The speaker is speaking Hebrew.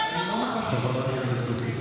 חברת הכנסת גוטליב.